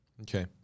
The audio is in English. Okay